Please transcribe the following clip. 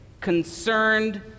concerned